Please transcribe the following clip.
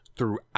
throughout